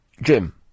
Jim